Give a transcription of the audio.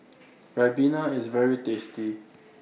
Ribena IS very tasty